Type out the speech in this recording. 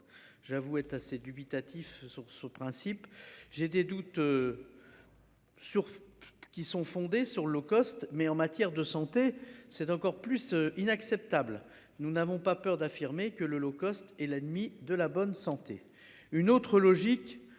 j'avoue être assez dubitatif sur ce principe. J'ai des doutes. Sur qui sont fondées sur low cost. Mais en matière de santé, c'est encore plus inacceptable. Nous n'avons pas peur d'affirmer que l'Holocauste est l'ennemi de la bonne santé. Une autre logique